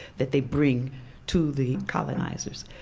that they bring to the colonizers.